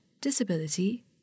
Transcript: disability